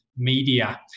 media